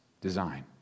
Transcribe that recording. design